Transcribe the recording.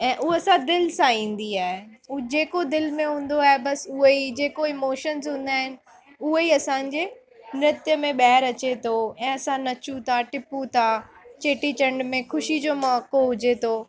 ऐं उहा असां दिलि सां ईंदी आहे उहा जेको दिलि में हूंदो आहे बसि उहो ई जेको इमोशनस हूंदा आहिनि उहे ई असांजे नृत्य में ॿाहिरि अचे थो ऐं असां नचूं था टिपूं था चेटीचंड में ख़ुशी जो मौक़ो हुजे थो